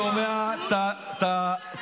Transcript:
אני שומע את הלפיד,